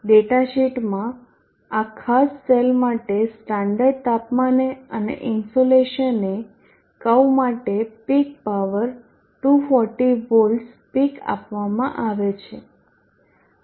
data શીટમાં આ ખાસ સેલ માટે સ્ટાન્ડર્ડ તાપમાને અને ઇન્સોલેશને કર્વ માટે પીક પાવર 240 વોટ્સ પીક આપવામાં આવે છે